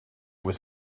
was